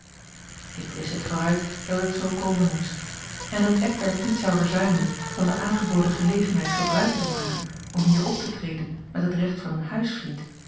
ik wist het vooruit dat het zoo komen moest en dat eckbert niet zou verzuimen van de aangeboden gelegenheid gebruik te maken om hier op te treden met het recht van een